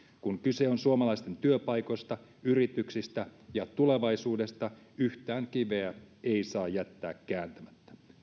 kun kyse on suomalaisten työpaikoista yrityksistä ja tulevaisuudesta yhtään kiveä ei saa jättää kääntämättä